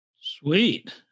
Sweet